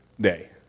day